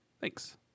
Thanks